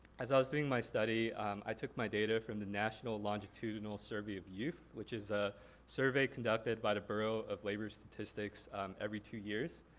as i was doing my study i took my data from the national longitudinal survey of youth, which is a survey conducted by the bureau of labor statistics every two years.